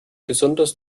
besonders